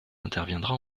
interviendra